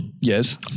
yes